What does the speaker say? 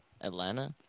Atlanta